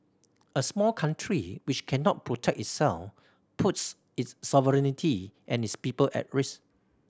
a small country which cannot protect itself puts its sovereignty and its people at risk